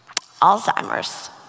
Alzheimer's